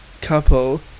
couple